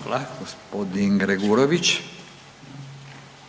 **Radin, Furio